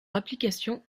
application